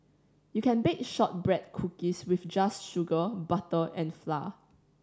you can bake shortbread cookies with just sugar butter and flour